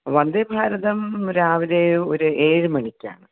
വന്ദേഭാരതം രാവിലെ ഒരു ഏഴ് മണിക്കാണ്